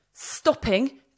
stopping